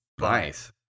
Nice